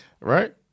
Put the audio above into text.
right